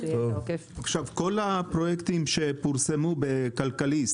כל הפרויקטים שפורסמו בכלכליסט,